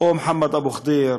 או מוחמד אבו ח'דיר